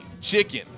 chicken